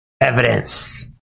evidence